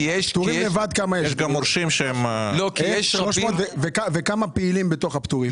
כי יש גם מורשים שהם --- וכמה פעילים יש בתוך הפטורים?